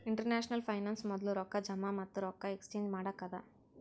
international finance ಮೊದ್ಲು ರೊಕ್ಕಾ ಜಮಾ ಮತ್ತ ರೊಕ್ಕಾ ಎಕ್ಸ್ಚೇಂಜ್ ಮಾಡಕ್ಕ ಅದಾ